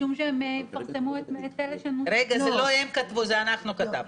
זה לא הם כתבו, זה אנחנו כתבנו.